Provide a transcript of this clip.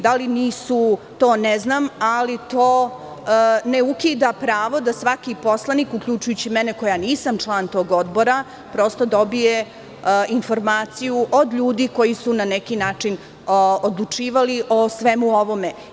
Da li su bili, da li nisu, to ne znam, ali to ne ukida pravo da svaki poslanik uključujući i mene koja nisam član tog odbora prosto dobije informaciju od ljudi koji su na neki način odlučivali o svemu ovome.